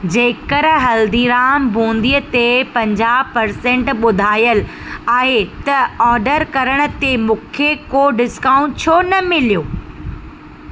जेकर हल्दीराम बूंदी ते पंजाह परसेंट ॿुधायलु आहे त ऑडर करण ते मूंखे को डिस्काउंट छो न मिलियो